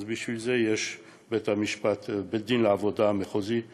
אז בשביל זה יש בית-דין מחוזי לעבודה,